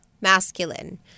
masculine